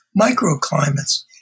microclimates